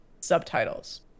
subtitles